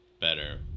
better